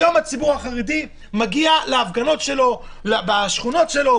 היום הציבור החרדי מגיע להפגנות בשכונות שלו,